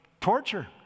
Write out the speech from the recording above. torture